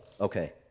Okay